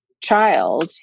child